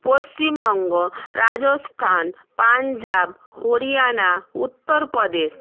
Paschimbanga Rajasthan Punjab Haryana Uttar Pradesh